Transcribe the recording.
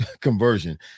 conversion